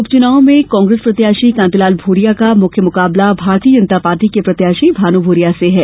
उपच्चनाव में कांग्रेस प्रत्याशी कांतिलाल भूरिया का मुख्य मुकाबला भारतीय जनता पार्टी के प्रत्याशी भानू भूरिया से है